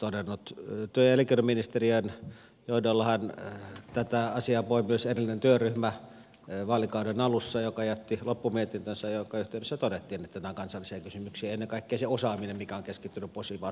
työ ja elinkeinoministeriön johdollahan vaalikauden alussa tätä asiaa pui myös erillinen työryhmä joka jätti loppumietintönsä jonka yhteydessä todettiin että nämä ovat kansallisia kysymyksiä ja ennen kaikkea se osaaminen mikä on keskittynyt posivaan on kansallinen kysymys